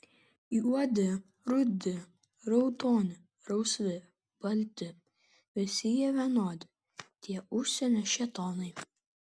juodi rudi raudoni rausvi balti visi jie vienodi tie užsienio šėtonai